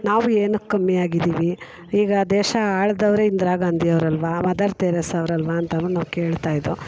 ನಾವು ಏನಕ್ಕೆ ಕಮ್ಮಿ ಆಗಿದ್ದೀವಿ ಈಗ ದೇಶ ಆಳಿದವ್ರೇ ಇಂದಿರಾ ಗಾಂಧಿ ಅವ್ರು ಅಲ್ವ ಮದರ್ ತೆರೇಸಾ ಅವ್ರು ಅಲ್ವ ಅಂತಾರೆ ನಾವು ಕೇಳ್ತಾ ಇದ್ದೋ